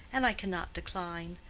and i cannot decline.